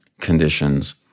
conditions